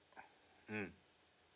mm